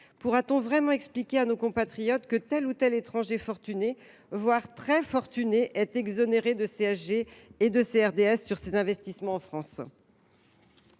Pourrons nous vraiment expliquer à nos compatriotes que tel ou tel étranger fortuné, voire très fortuné, est exonéré de CSG et de CRDS sur ses investissements en France ?